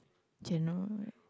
general right